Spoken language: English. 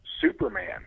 Superman